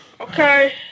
Okay